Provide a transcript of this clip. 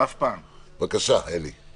בבקשה, אלי.